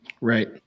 Right